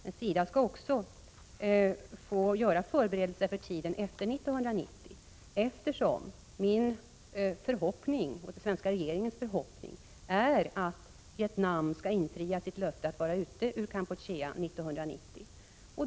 SIDA skall dock också få göra förberedelser för tiden efter 1990, eftersom min och den svenska regeringens förhoppning är att Vietnam skall infria sitt löfte att vara ute ur Kampuchea 1990.